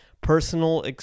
personal